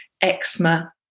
eczema